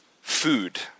food